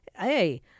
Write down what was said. Hey